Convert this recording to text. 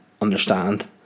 understand